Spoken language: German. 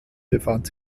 befand